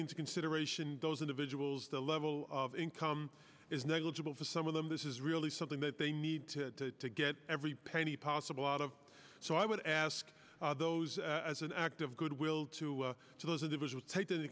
into consideration those individuals the level of income is negligible for some of them this is really something that they need to get every penny possible out of so i would ask those as an act of goodwill to those individuals take